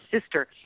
sister